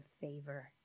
favor